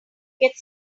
get